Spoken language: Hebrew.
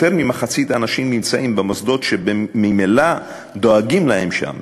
יותר ממחצית האנשים נמצאים במוסדות שממילא דואגים להם שם,